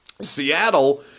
Seattle